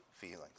feelings